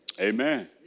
amen